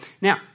Now